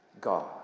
God